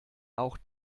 auch